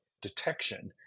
detection